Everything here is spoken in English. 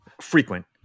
frequent